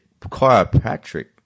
Chiropractic